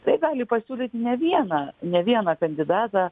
tai gali pasiūlyt ne vieną ne vieną kandidatą